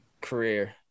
career